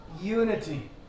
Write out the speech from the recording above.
unity